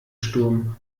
sturm